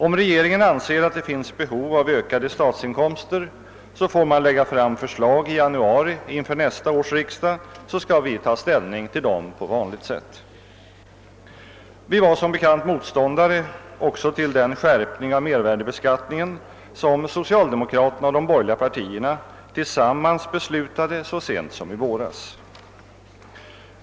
Om regeringen anser att det finns behov av ökade statsinkomster, får den lägga fram sådana förslag i januari inför nästa års riksdag, så skall vi ta ställning till dem på vanligt sätt. Vi var som bekant motståndare också till den skärpning av mervärdeskatten som so cialdemokraterna och de borgerliga partierna tillsammans beslutade så sent som i våras.